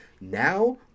Now